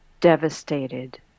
Devastated